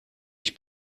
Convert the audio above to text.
ich